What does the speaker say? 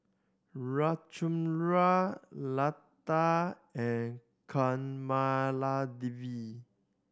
Ramchundra Lata and Kamaladevi